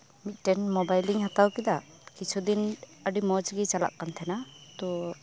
ᱢᱤᱫᱴᱮᱱ ᱢᱚᱵᱟᱭᱤᱞ ᱤᱧ ᱦᱟᱛᱟᱣᱠᱮᱫᱟ ᱠᱤᱪᱷᱩᱫᱤᱱ ᱟᱹᱰᱤ ᱢᱚᱪᱜᱤ ᱪᱟᱞᱟᱜ ᱠᱟᱱᱛᱟᱦᱮᱱᱟ ᱛᱚ